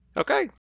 Okay